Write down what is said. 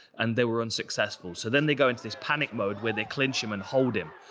and they were unsuccessful. so then they go into this panic mode where they clinch him and hold him.